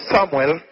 Samuel